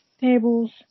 tables